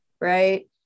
right